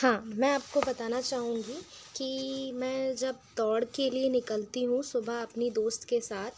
हाँ मैं आपको बताना चाहूँगी कि मैं जब दौड़ के लिए निकलती हूँ सुबह अपनी दोस्त के साथ